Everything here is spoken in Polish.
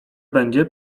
będzie